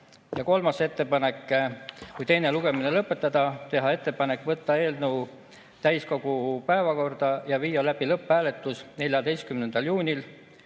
Kolmas ettepanek: kui teine lugemine lõpetatakse, teha ettepanek võtta eelnõu täiskogu päevakorda ja viia läbi lõpphääletus 14. juunil.